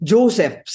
Joseph